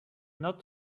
not